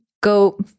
go